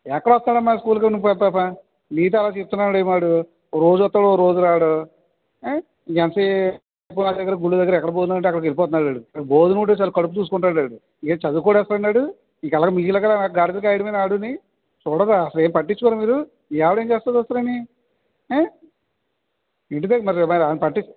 ఎక్కడ వస్తాడమ్మా స్కూల్కి నీతో అలా చెప్తున్నాడు ఏమో వాడు ఓ రోజు వస్తాడు ఓ రోజు రాడు ఎంతసేపు ఆ గుడి దగ్గర ఎక్కడ భోజనాలు అంటే అక్కడికి వెళ్ళిపోతున్నాడు వాడు వాడికి భోజనం ఉంటే చాలు కడుపు చూసుకుంటాడు ఆడు ఏ చదువుకోడా అసలాని ఆడు ఇంకా మీకు లాగా గాడిదలు కాయడమేనా వాడునీ చూడరా అసలేమీ పట్టించుకోరా మీరు మీ ఆవిడ ఏం చేస్తుంది అసలు అని ఇంటి దగ్గర మరి మరి ఆమె పట్టించు